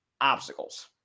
obstacles